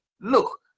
look